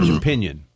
opinion